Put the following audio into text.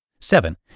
Seven